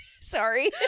Sorry